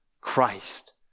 Christ